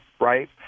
right